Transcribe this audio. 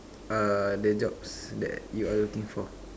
are the jobs that you are looking for